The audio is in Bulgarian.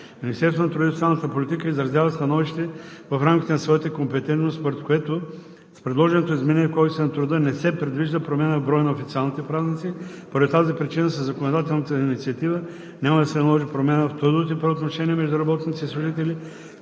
Министерството на труда и социалната политика изразява становище в рамките на своята компетентност, според което с предложеното изменение в Кодекса на труда не се предвижда промяна в броя на официалните празници. Поради тази причина със законодателната инициатива няма да се наложи промяна в трудовите правоотношения между работници и служители,